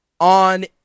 on